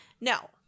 No